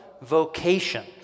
vocation